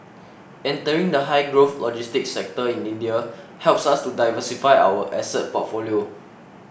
entering the high growth logistics sector in India helps us to diversify our asset portfolio